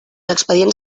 expedients